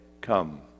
come